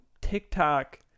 TikTok